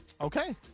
Okay